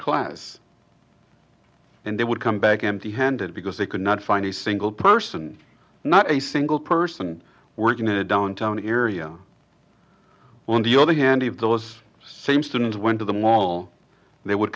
class and they would come back empty handed because they could not find a single person not a single person working in a downtown area on the other hand of those same students went to the mall they would